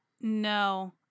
No